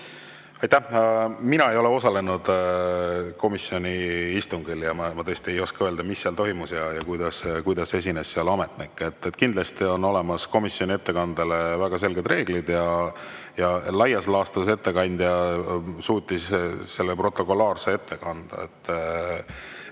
Aitäh! Mina ei ole osalenud komisjoni istungil ja ma tõesti ei oska öelda, mis seal toimus ja kuidas ametnik seal esines. Kindlasti on olemas komisjoni ettekandele väga selged reeglid. Laias laastus suutis ettekandja selle protokolaarse ette kanda.